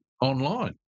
online